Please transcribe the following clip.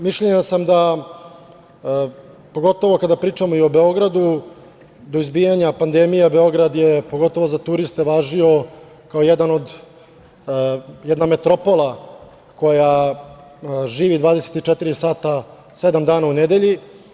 Mišljenja sam da, pogotovo kada pričamo i o Beogradu, do izbijanja pandemije Beograd je pogotovo za turiste važio kao jedna metropola koja živi 24 sata sedam dana u nedelji.